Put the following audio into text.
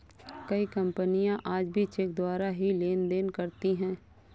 कई कपनियाँ आज भी चेक द्वारा ही लेन देन करती हैं